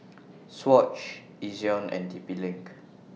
Swatch Ezion and T P LINK